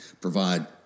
provide